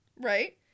right